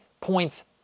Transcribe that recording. points